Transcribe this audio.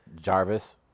Jarvis